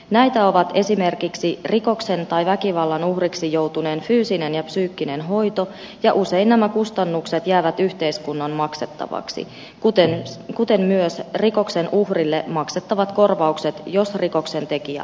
näitä ovat esimerkiksi rikoksen tai väkivallan uhriksi joutuneen fyysinen ja psyykkinen hoito ja usein nämä kustannukset jäävät yhteiskunnan maksettavaksi kuten myös rikoksen uhrille maksettavat korvaukset jos rikoksen tekijä on varaton